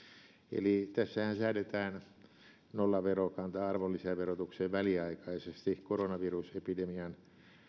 eli tässähän säädetään arvonlisäverotukseen väliaikaisesti nollaverokanta koronavirusepidemian